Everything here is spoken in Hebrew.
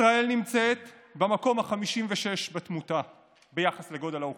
ישראל נמצאת במקום ה-56 בתמותה ביחס לגודל האוכלוסייה,